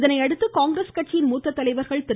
இதனையடுத்து காங்கிரஸ் கட்சியின் மூத்த தலைவர்கள் திரு